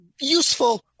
useful